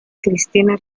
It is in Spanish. cristina